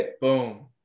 Boom